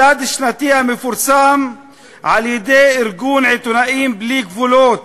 מדד שנתי המתפרסם על-יד׳ ארגון "עיתונאים בלי גבולות",